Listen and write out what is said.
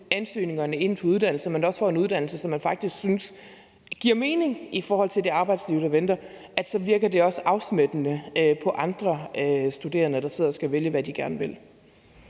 ansøgningerne inden for uddannelserne, men at man også får en uddannelse, som man faktisk synes giver mening i forhold til det arbejdsliv, der venter, så virker det også afsmittende på andre studerende, der sidder og skal vælge, hvad de gerne vil.